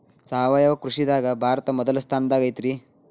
ಸಾವಯವ ಕೃಷಿದಾಗ ಭಾರತ ಮೊದಲ ಸ್ಥಾನದಾಗ ಐತ್ರಿ